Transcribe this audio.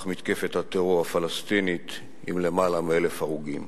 מתקפת הטרור הפלסטינית עם למעלה מ-1,000 הרוגים.